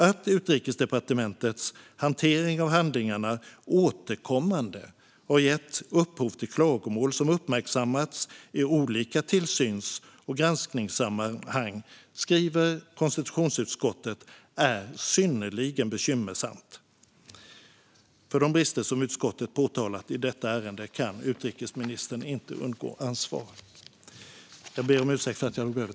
Att Utrikesdepartementets hantering av handlingarna återkommande har gett upphov till klagomål som uppmärksammats i olika tillsyns och granskningssammanhang är synnerligen bekymmersamt, skriver konstitutionsutskottet. För de brister som utskottet påtalat i detta ärende kan utrikesministern inte undgå ansvar.